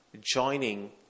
joining